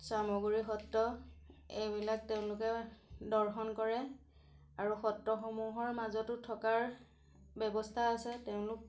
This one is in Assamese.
চামগুৰি সত্ৰ এইবিলাক তেওঁলোকে দৰ্শন কৰে আৰু সত্ৰসমূহৰ মাজতো থকাৰ ব্যৱস্থা আছে তেওঁলোক